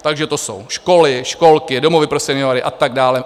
Takže to jsou školy, školky, domovy pro seniory a tak dále.